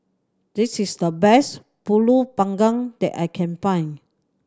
this is the best Pulut Panggang that I can find